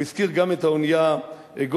הוא הזכיר גם את האונייה "אגוז",